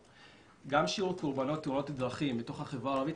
גם שיעור קורבנות תאונות הדרכים בתוך החברה הערבית,